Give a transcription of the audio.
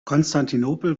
konstantinopel